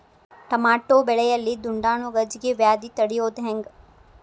Tomato ಬೆಳೆಯಲ್ಲಿ ದುಂಡಾಣು ಗಜ್ಗಿ ವ್ಯಾಧಿ ತಡಿಯೊದ ಹೆಂಗ್?